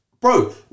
bro